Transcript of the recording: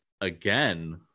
again